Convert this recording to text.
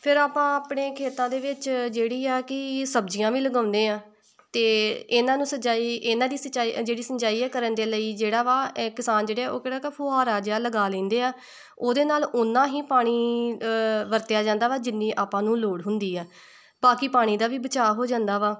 ਫਿਰ ਆਪਾਂ ਆਪਣੇ ਖੇਤਾਂ ਦੇ ਵਿੱਚ ਜਿਹੜੀ ਆ ਕਿ ਸਬਜ਼ੀਆਂ ਵੀ ਲਗਾਉਂਦੇ ਹਾਂ ਅਤੇ ਇਹਨਾਂ ਨੂੰ ਸਿੰਜਾਈ ਇਹਨਾਂ ਦੀ ਸਿੰਜਾਈ ਜਿਹੜੀ ਸਿੰਜਾਈ ਹੈ ਕਰਨ ਦੇ ਲਈ ਜਿਹੜਾ ਵਾ ਇਹ ਕਿਸਾਨ ਜਿਹੜੇ ਆ ਉਹ ਕਿਹੜਾ ਇੱਕ ਫੁਹਾਰਾ ਜਿਹਾ ਲਗਾ ਲੈਂਦੇ ਆ ਉਹਦੇ ਨਾਲ਼ ਓਨਾ ਹੀ ਪਾਣੀ ਵਰਤਿਆ ਜਾਂਦਾ ਵਾ ਜਿੰਨੀ ਆਪਾਂ ਨੂੰ ਲੋੜ ਹੁੰਦੀ ਆ ਬਾਕੀ ਪਾਣੀ ਦਾ ਵੀ ਬਚਾਅ ਹੋ ਜਾਂਦਾ ਵਾ